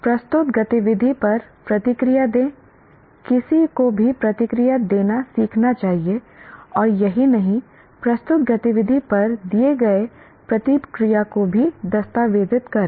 प्रस्तुत गतिविधि पर प्रतिक्रिया दें किसी को भी प्रतिक्रिया देना सीखना चाहिए और यही नहीं प्रस्तुत गतिविधि पर दिए गए प्रतिक्रिया को भी दस्तावेज़ित करें